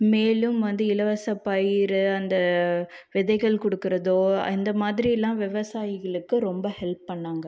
மேலும் வந்து இலவசப்பயிர் அந்த விதைகள் கொடுக்குறதோ அந்த மாதிரியெல்லாம் விவசாயிகளுக்கு ரொம்ப ஹெல்ப் பண்ணாங்கள்